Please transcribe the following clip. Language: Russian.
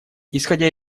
исходя